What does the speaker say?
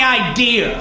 idea